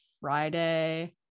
Friday